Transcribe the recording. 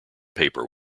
paper